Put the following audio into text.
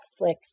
Netflix